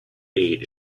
eight